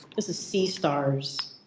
this is seastars